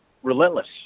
relentless